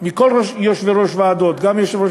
מכל יושבי-ראש הוועדות גם מיושב-ראש